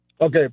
Okay